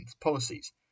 policies